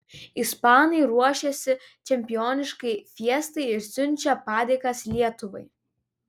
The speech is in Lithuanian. ispanai ruošiasi čempioniškai fiestai ir siunčia padėkas lietuvai